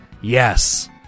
Yes